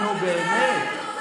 נו, באמת.